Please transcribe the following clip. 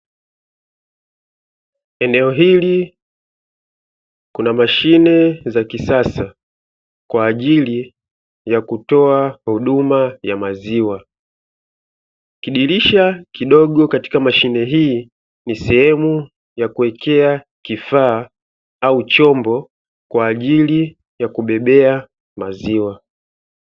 Eneo hili kuna mashine za kisasa kwa ajili ya kutoa huduma ya maziwa. Kidirisha kidogo katika mashine hii ni sehemu ya kuwekea kifaa au chombo kwa ajili ya kubebea maziwa.